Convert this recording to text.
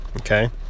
okay